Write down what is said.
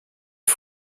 les